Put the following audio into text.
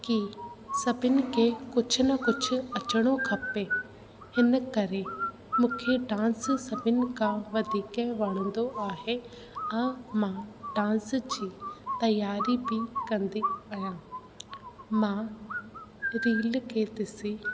कि सभिनि खे कुझ न कुझु अचिणो खपे हिन करे मूंखे डांस सभिनि खां वधीक वणंदो आहे ऐं मां डांस जी तयारी बि कंदी आहियां मां रील खे ॾिसी